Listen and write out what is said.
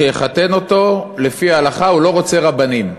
שיחתן אותו לפי ההלכה, הוא לא רוצה רבנים.